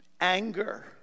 anger